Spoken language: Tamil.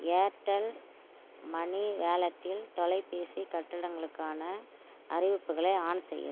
ஏர்டெல் மனி வாலெட்டில் தொலைபேசி கட்டணங்களுக்கான அறிவிப்புகளை ஆன் செய்யவும்